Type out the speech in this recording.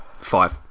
five